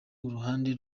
uruhande